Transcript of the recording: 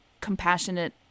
compassionate